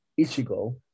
Ichigo